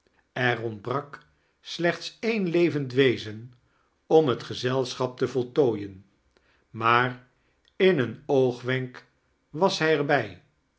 er ontbrak slechts een levend wezen om het gezelschap te voltooiem maar in een oogwenk was hij er